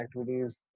activities